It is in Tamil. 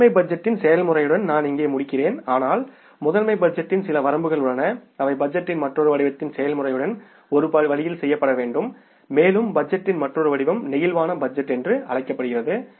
முதன்மை பட்ஜெட்டின் செயல்முறையுடன் நான் இங்கே முடிக்கிறேன் ஆனால் முதன்மை பட்ஜெட்டின் சில வரம்புகள் உள்ளன அவை பட்ஜெட்டின் மற்றொரு வடிவத்தின் செயல்முறையுடன் ஒரு வழியில் செய்யப்பட வேண்டும் மேலும் பட்ஜெட்டின் மற்றொரு வடிவம் நெகிழ்வான பட்ஜெட் என்று அழைக்கப்படுகிறது